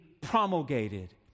promulgated